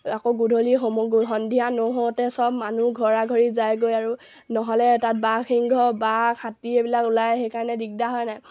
আকৌ গধূলি সন্ধিয়া নহওঁতে চব মানুহ ঘৰাঘৰি যায়গৈ আৰু নহ'লে তাত বাঘ সিংহ বাঘ হাতী এইবিলাক ওলায় সেইকাৰণে দিগদাৰ হয় নাই